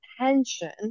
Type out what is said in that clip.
attention